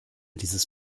dieses